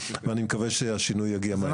ואני מקווה שהשינוי יגיע מהר.